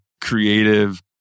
creative